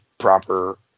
proper